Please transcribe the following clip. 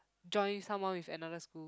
join someone with another school